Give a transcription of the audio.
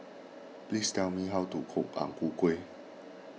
please tell me how to cook Ang Ku Kueh